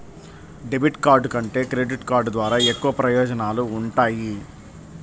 debit card కంటే credit card ద్వారా ఎక్కువ ప్రయోజనాలు వుంటయ్యి